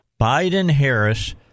Biden-Harris